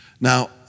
Now